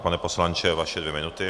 Pane poslanče, vaše dvě minuty.